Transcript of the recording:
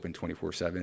24-7